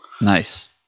Nice